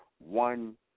one